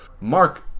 Mark